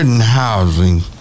housing